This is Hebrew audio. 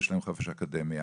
יש להן חופש אקדמי,